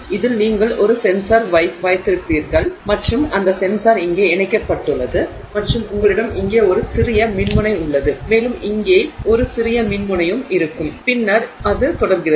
இதில் நீங்கள் ஒரு சென்சார் வைத்திருப்பீர்கள் மற்றும் அந்த சென்சார் இங்கே இணைக்கப்பட்டுள்ளது மற்றும் உங்களிடம் இங்கே ஒரு சிறிய மின்முனை உள்ளது மேலும் இங்கே ஒரு சிறிய மின்முனையும் இருக்கும் பின்னர் அது தொடர்கிறது